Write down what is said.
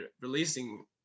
releasing